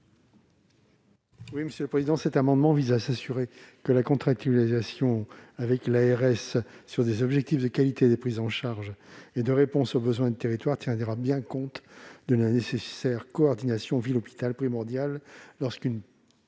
à M. Alain Milon. Cet amendement vise à s'assurer que la contractualisation avec l'ARS sur des objectifs de qualité des prises en charge et de réponse aux besoins du territoire tiendra bien compte de la nécessaire coordination ville-hôpital, primordiale lorsqu'un